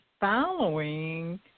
following